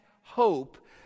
hope